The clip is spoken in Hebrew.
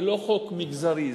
זה לא חוק מגזרי,